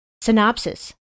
Synopsis